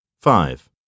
Five